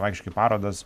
praktiškai parodas